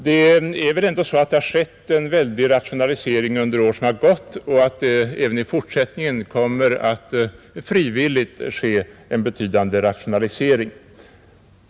Det är väl ändå så att det har skett en väldig rationalisering under de år som gått och att det även i fortsättningen kommer att frivilligt ske en betydande rationalisering.